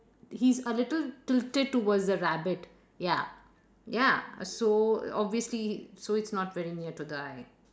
he's a little tilted towards towards the rabbit ya ya so obviously so it's not very near to the eye